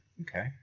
Okay